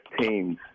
teams